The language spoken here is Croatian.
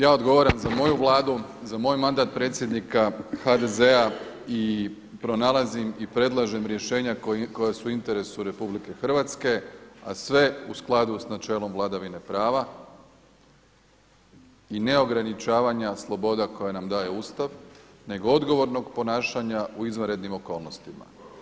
Ja odgovaram za moju Vladu, za moj mandat predsjednika HDZ-a i pronalazim i predlažem rješenja koja su u interesu Republike Hrvatske, a sve u skladu sa načelom vladavine prava i neograničavanja sloboda koja nam daje Ustav, nego odgovornog ponašanja u izvanrednim okolnostima.